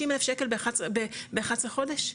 30 אלף שקל ב-11 חודש.